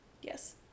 Yes